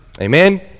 Amen